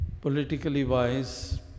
politically-wise